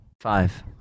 Five